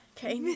Okay